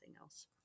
else